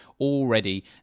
already